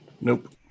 Nope